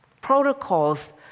protocols